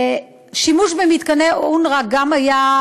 שימוש במתקני אונר"א גם היה,